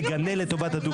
תגנה לטובת הדו-קיום.